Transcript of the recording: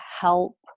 help